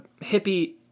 hippie